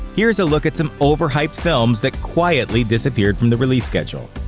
here's a look at some overhyped films that quietly disappeared from the release schedule.